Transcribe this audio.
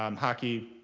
um hockey.